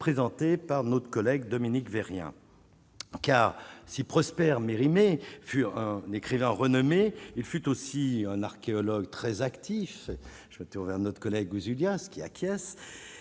présenté par notre collègue Dominique rien. Car si Prosper Mérimée fut un écrivain renommé, il fut aussi un archéologue très actif, je me tourne vers notre collègue Julien ce qui acquiesce